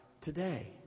today